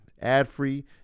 ad-free